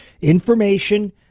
information